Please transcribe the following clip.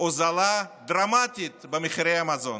הורדה דרמטית של מחירי המזון.